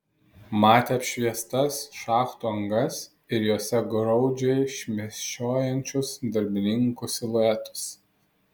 matė apšviestas šachtų angas ir jose graudžiai šmėsčiojančius darbininkų siluetus